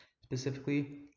Specifically